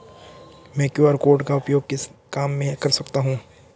मैं QR code का उपयोग किस काम में कर सकता हूं?